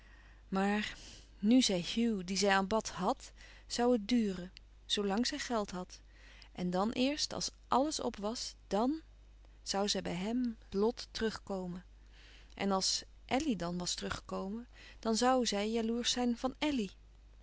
maar nù zij hugh dien zij aanbad hàd zoû het duren zoo lang zij geld had en dan eerst als àlles op was dan zoû zij bij hem lot louis couperus van oude menschen de dingen die voorbij gaan terugkomen en àls elly dan was teruggekomen dan zoû zij jaloersch zijn van elly